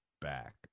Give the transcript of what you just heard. back